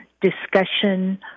discussion